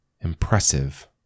Impressive